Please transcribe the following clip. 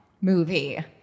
movie